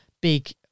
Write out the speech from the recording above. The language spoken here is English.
big